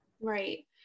Right